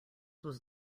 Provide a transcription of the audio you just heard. was